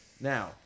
Now